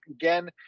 again